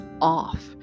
off